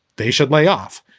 they should lay off.